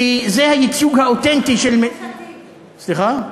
כי זה הייצוג האותנטי של, סליחה?